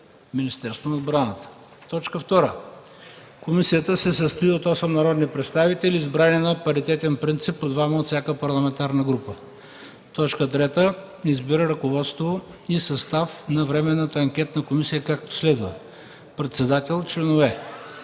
Министерството на отбраната. 2. Комисията се състои от 8 народни представители, избрани на паритетен принцип – по двама от всяка парламентарна група. 3. Избира ръководство и състав на временната анкетна комисия, както следва: председател, членове.